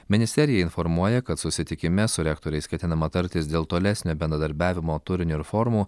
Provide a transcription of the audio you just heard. ministerija informuoja kad susitikime su rektoriais ketinama tartis dėl tolesnio bendradarbiavimo turinio ir formų